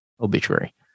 Obituary